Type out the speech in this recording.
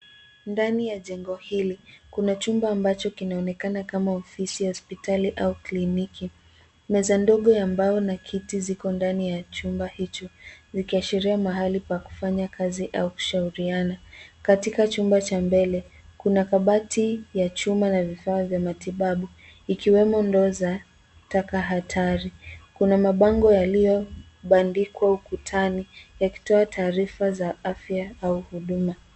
Ndani ya jengo hili, kuna chumba ambacho kinaonekana kama ofisi ya hospitali au kliniki. Meza ndogo ya mbao na kiti ziko ndani ya chumba hicho, ikiashiria mahali pa kufanya kazi au kushauriana. Katika chumba cha mbele, kuna kabati ya chuma na vifaa vya matibabu, ikiwemo ndoo za taka hatari. Kuna mabango yaliyo bandikwa ukutani yakitoa tarifa ya afya au huduma.